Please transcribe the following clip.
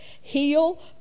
heal